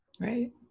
Right